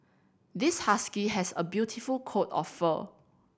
this husky has a beautiful coat of fur